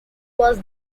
was